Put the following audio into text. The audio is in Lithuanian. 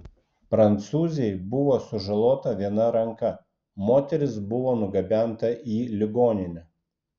prancūzei buvo sužalota viena ranka moteris buvo nugabenta į ligoninę